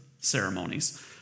ceremonies